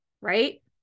Right